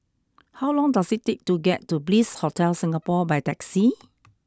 how long does it take to get to Bliss Hotel Singapore by taxi